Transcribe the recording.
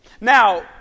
Now